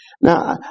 Now